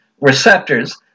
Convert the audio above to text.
receptors